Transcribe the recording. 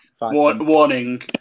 warning